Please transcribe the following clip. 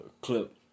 clip